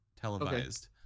televised